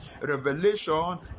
Revelation